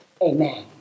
amen